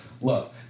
love